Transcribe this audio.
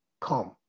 come